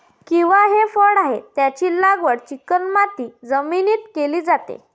kiwi हे फळ आहे, त्याची लागवड चिकणमाती जमिनीत केली जाते